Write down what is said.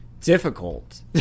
difficult